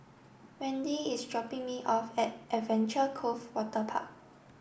Wendy is dropping me off at Adventure Cove Waterpark